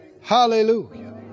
Hallelujah